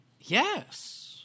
yes